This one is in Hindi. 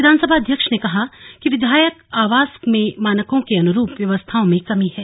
विधानसभा अध्यक्ष ने कहा कि विधायक आवास में मानकों के अनुरूप व्यवस्थाओं में कमी है